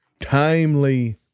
timely